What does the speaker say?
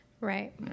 right